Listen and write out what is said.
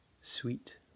sweet